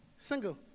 Single